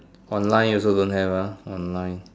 online also don't have ah online